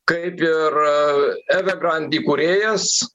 kaip ir evergrand įkūrėjas